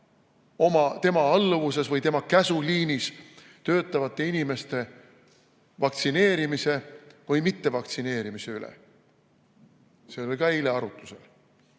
tema alluvuses või tema käsuliinis töötavate inimeste vaktsineerimise või mittevaktsineerimise üle? See oli ka eile arutlusel.